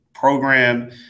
program